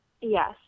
Yes